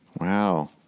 Wow